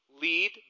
lead